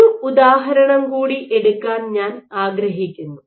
ഒരു ഉദാഹരണം കൂടി എടുക്കാൻ ഞാൻ ആഗ്രഹിക്കുന്നു